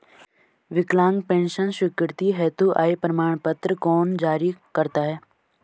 विकलांग पेंशन स्वीकृति हेतु आय प्रमाण पत्र कौन जारी करता है?